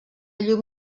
llum